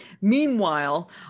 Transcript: Meanwhile